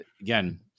again